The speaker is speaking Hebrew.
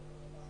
הצבעה